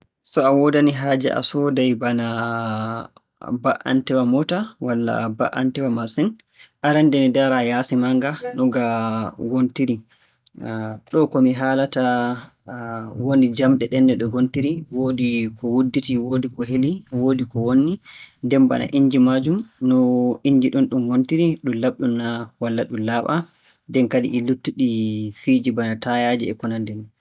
So a woodani haaje a sooday bana, ba"anteewa moota walla ba"anteewa maasin. Arannde ni, ndaara yaasi maaga, no nga wontiri, ɗoo ko mi haalata, woni jamɗe ɗen no ɗe ngontiri, woodi ko wudditii, woodi ko heli, woodi ko wonnii. Nden bana innji maajum, no innji ɗum ɗum wontiri, ɗum laaɓɗum na, ɗum laaɓaa. Nden kadi e luttuɗi fiiji bana taayaaje e ko nanndi non?